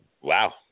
Wow